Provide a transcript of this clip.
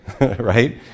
right